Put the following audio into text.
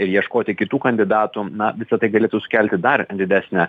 ir ieškoti kitų kandidatų na visa tai galėtų sukelti dar didesnę